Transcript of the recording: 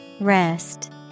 Rest